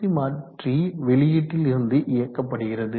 C மாற்றி வெளியீட்டில் இருந்து இயக்கப்படுகிறது